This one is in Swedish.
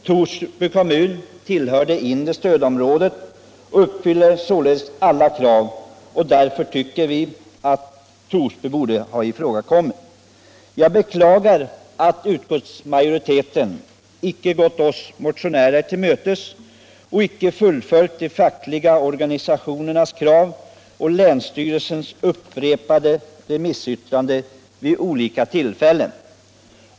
Torsby kommun tillhör det inre stödområdet och uppfyller således alla krav. Därför tycker vi motionärer att Torsby borde komma i fråga i detta sammanhang. Jag beklagar att utskottsmajoriteten inte har gått oss motionärer till mötes och inte har tillgodosett de fackliga organisationernas krav och länsstyrelsens upprepade remissyttranden.